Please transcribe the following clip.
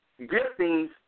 giftings